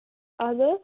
اَہَن حظ